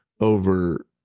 over